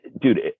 Dude